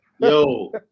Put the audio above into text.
yo